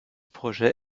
projet